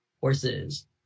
horses